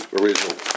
original